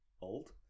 old